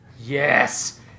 Yes